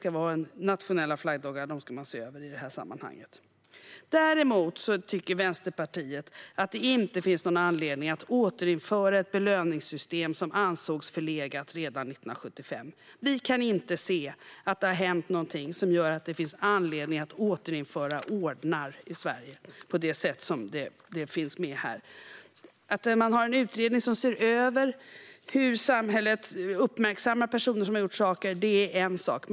Det är de nationella flaggdagarna som man ska se över i detta sammanhang. Däremot tycker Vänsterpartiet att det inte finns någon anledning att återinföra ett belöningssystem som ansågs förlegat redan 1975. Vi kan inte se att det har hänt någonting som gör att det finns anledning att återinföra ordnar i Sverige på det sätt som framförs här. Att man har en utredning som ser över hur samhället uppmärksammar personer som har gjort saker är en sak.